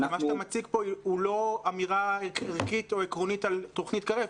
אבל מה שאתה מציג פה הוא לא אמירה ערכית או עקרונית על תוכנית קרב.